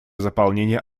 заполнения